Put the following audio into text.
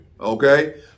Okay